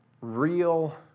real